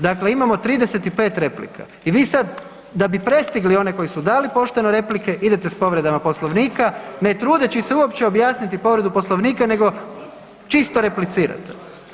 Dakle, imamo 35 replika i vi sad da bi prestigli one koji su dali pošteno replike idete s povredama Poslovnika ne trudeći se uopće objasniti povredu Poslovnika nego čisto replicirate.